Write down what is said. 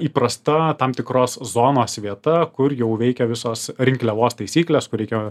įprasta tam tikros zonos vieta kur jau veikia visos rinkliavos taisyklės kur reikia